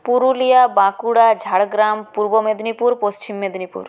Purulia Bankura Jhargram Purba Medinipur Paschim Medinipur